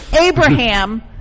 Abraham